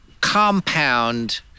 compound